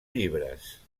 llibres